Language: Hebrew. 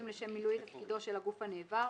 לשם מילוי תפקידיו של הגוף הנעבר,